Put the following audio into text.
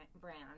brand